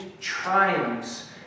triumphs